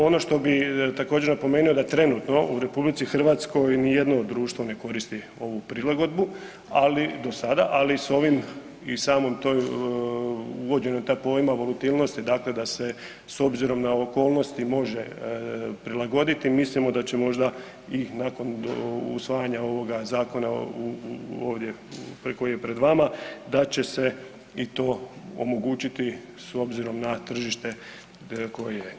Ono što bih također napomenuo da trenutno u RH ni jedno društvo ne koristi ovu prilagodbu, ali, do sada, ali s ovim i samoj toj uvođenju taj pojma volutilnosti dakle da se s obzirom na okolnosti može prilagoditi mislimo da će možda i nakon usvajanja ovoga zakona ovdje koji je pred vama da će se i to omogućiti s obzirom na tržište koje je.